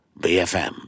BFM